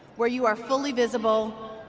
where you are fully visible,